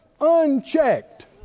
unchecked